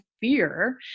fear